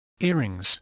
earrings